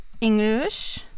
English